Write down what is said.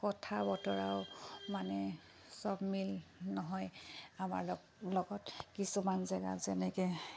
কথা বতৰাও মানে চব মিল নহয় আমাৰ লগ লগত কিছুমান জেগাত যেনেকৈ